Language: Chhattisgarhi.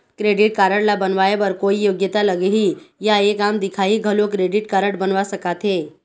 क्रेडिट कारड ला बनवाए बर कोई योग्यता लगही या एक आम दिखाही घलो क्रेडिट कारड बनवा सका थे?